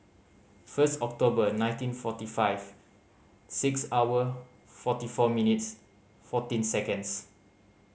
first October nineteen forty five six hour forty four minutes fourteen seconds